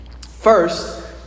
First